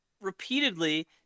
repeatedly